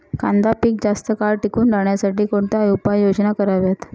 कांदा पीक जास्त काळ टिकून राहण्यासाठी कोणत्या उपाययोजना कराव्यात?